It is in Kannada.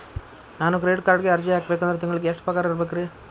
ನಾನು ಕ್ರೆಡಿಟ್ ಕಾರ್ಡ್ಗೆ ಅರ್ಜಿ ಹಾಕ್ಬೇಕಂದ್ರ ತಿಂಗಳಿಗೆ ಎಷ್ಟ ಪಗಾರ್ ಇರ್ಬೆಕ್ರಿ?